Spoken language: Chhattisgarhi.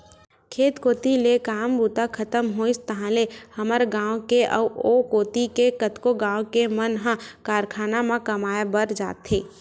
खेत कोती ले काम बूता खतम होइस ताहले हमर गाँव के अउ ओ कोती के कतको गाँव के मन ह कारखाना म कमाए बर जाथे